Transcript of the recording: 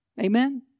Amen